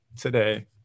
today